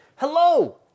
Hello